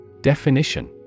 Definition